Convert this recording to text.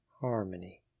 harmony